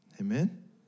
Amen